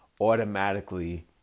automatically